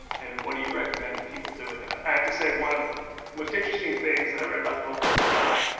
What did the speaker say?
and what do you recommend people do with it? i have to say, one of the most interesting things that i read about the book was the guy,